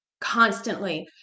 constantly